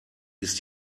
ist